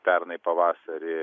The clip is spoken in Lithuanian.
pernai pavasarį